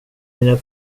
menar